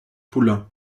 poulin